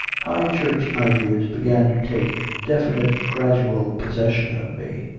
high church ideas began to take definite gradual possession of me.